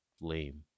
lame